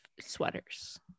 sweaters